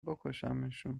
بکشمشون